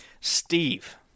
steve